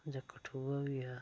जां कठुआ होइया